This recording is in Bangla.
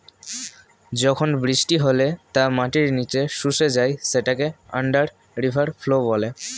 যখন বৃষ্টি হলে তা মাটির নিচে শুষে যায় সেটাকে আন্ডার রিভার ফ্লো বলে